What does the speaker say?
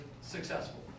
successful